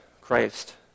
Christ